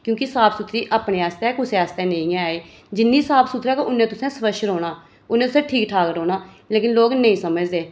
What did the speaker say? क्योंकि साफ सुथरी अपने आस्तै ऐ कुसै आस्तै नेईं ऐ एह् जिन्नी साफ सुथरी उन्ने गै स्वच्छ रौह्ना उन्नै ई तुसें ठीक ठाक रौह्ना लेकिन लोक नेईं समझदे